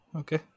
okay